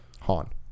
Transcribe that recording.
Han